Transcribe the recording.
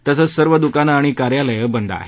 तसंच सर्व दुकान आणि कार्यालय बंद आहेत